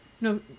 No